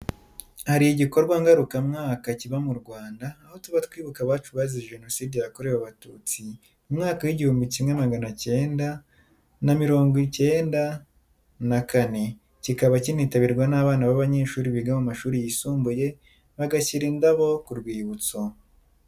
Hari igikorwa ngaruka mwaka kiba mu Rwanda hose aho tuba twibuka abacu bazize Jenoside yakorewe Abatutsi mu mwaka w'igihumbi kimwe na magana cyenda na mirongo icyenda na kane, kikaba kinitabirwa n'abana b'abanyeshuri biga mu mashuri yisumbuye, bagashyira indabo ku rwibutso.